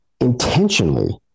intentionally